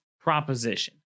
proposition